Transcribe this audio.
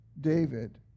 David